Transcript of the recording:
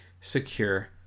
secure